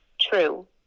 true